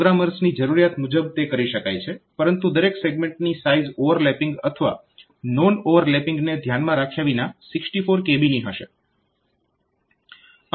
પ્રોગ્રામર્સની જરૂરિયાત મુંજબ તે કરી શકાય છે પરંતુ દરેક સેગમેન્ટની સાઈઝ ઓવરલેપિંગ અથવા નોન ઓવરલેપિંગને ધ્યાનમાં રાખ્યા વિના 64 kB ની હશે